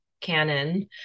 canon